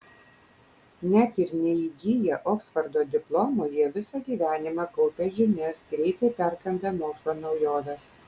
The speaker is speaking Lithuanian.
net ir neįgiję oksfordo diplomo jie visą gyvenimą kaupia žinias greitai perkanda mokslo naujoves